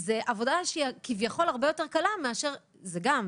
זו עבודה כביכול הרבה יותר קלה מאשר -- זה גם,